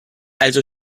also